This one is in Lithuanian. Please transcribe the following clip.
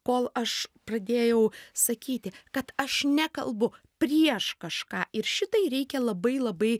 kol aš pradėjau sakyti kad aš nekalbu prieš kažką ir šitai reikia labai labai